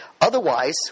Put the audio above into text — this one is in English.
otherwise